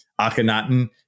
Akhenaten